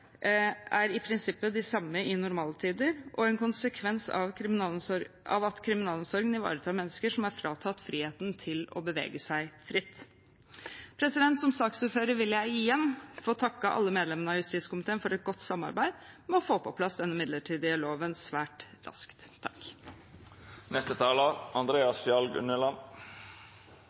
de samme i normaltider og en konsekvens av at kriminalomsorgen ivaretar mennesker som er fratatt friheten til å bevege seg fritt. Som saksordfører vil jeg igjen få takke alle medlemmene av justiskomiteen for et godt samarbeid om å få på plass denne midlertidige loven svært raskt.